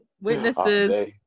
Witnesses